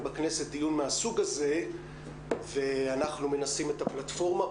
בכנסת דיון מהסוג הזה ומנסים את הפלטפורמה.